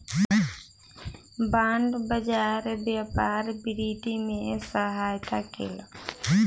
bond बाजार व्यापार वृद्धि में सहायता केलक